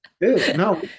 no